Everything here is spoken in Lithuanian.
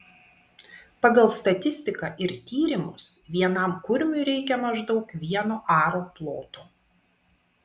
pagal statistiką ir tyrimus vienam kurmiui reikia maždaug vieno aro ploto